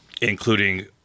Including